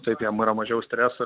taip jam yra mažiau streso